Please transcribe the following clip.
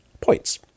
points